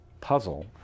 puzzle